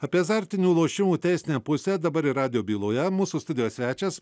apie azartinių lošimų teisinę pusę dabar ir radijo byloje mūsų studijos svečias